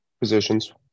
positions